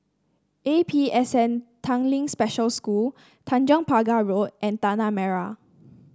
A P S N Tanglin Special School Tanjong Pagar Road and Tanah Merah